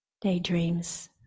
daydreams